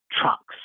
trucks